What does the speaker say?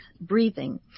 breathing